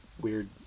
weird